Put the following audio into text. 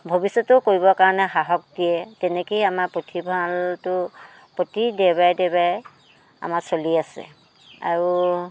ভৱিষ্যতেও কৰিবৰ কাৰণে সাহস দিয়ে তেনেকৈয়ে আমাৰ পুথিভঁৰালটো প্ৰতি দেওবাৰে দেওবাৰে আমাৰ চলি আছে আৰু